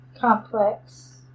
complex